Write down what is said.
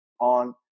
on